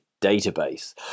Database